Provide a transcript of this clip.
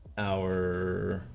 hour